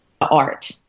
art